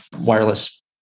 wireless